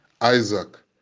Isaac